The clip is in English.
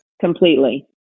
Completely